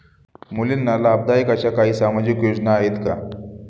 मुलींना लाभदायक अशा काही सामाजिक योजना आहेत का?